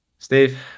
Steve